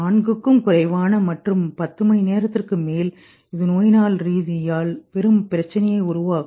4 க்கும் குறைவானது மற்றும் 10 மணி நேரத்திற்கு மேல் இது நோயியல் ரீதியில் பெரும் பிரச்சினையை உருவாக்கும்